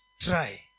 try